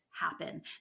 happen